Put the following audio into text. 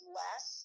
less